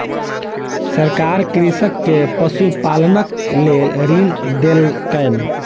सरकार कृषक के पशुपालनक लेल ऋण देलकैन